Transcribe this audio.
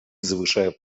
завышая